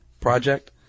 project